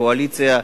קואליציה,